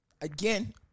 again